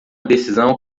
decisão